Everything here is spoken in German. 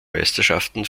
meisterschaften